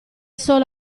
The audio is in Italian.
solo